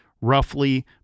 roughly